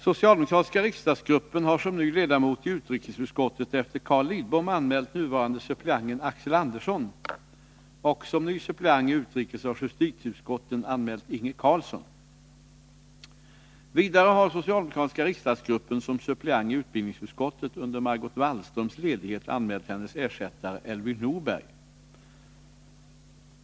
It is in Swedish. Socialdemokratiska riksdagsgruppen har som ny ledamot i utrikesutskottet efter Carl Lidbom anmält nuvarande suppleanten Axel Andersson och som ny suppleant i utrikesoch justitieutskotten anmält Inge Carlsson. Vidare har socialdemokratiska riksdagsgruppen som suppleant i utbildningsutskottet under Margot Wallströms ledighet anmält hennes ersättare Elvy Norberg.